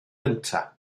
gyntaf